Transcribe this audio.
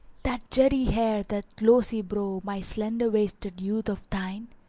that jetty hair, that glossy brow, my slender-waisted youth, of thine,